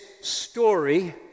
story